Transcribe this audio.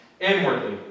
inwardly